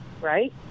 right